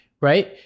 right